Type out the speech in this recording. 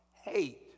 hate